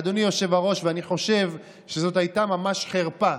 אדוני היושב-ראש, ואני חושב שזאת הייתה ממש חרפה,